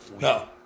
No